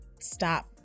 stop